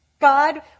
God